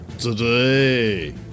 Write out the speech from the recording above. today